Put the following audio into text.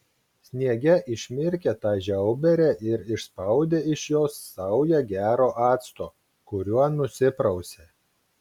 sniege išmirkė tą žiauberę ir išspaudė iš jos saują gero acto kuriuo nusiprausė